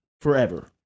forever